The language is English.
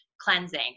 cleansing